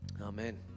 Amen